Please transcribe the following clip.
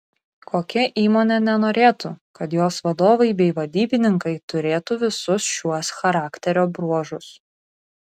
kokia įmonė nenorėtų kad jos vadovai bei vadybininkai turėtų visus šiuos charakterio bruožus